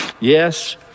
yes